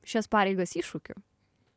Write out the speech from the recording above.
šias pareigas iššūkiu